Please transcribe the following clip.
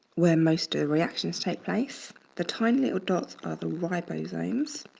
where most a reactions take place. the tiny little dots are the ribosomes